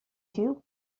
due